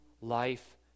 life